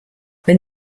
wenn